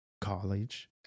college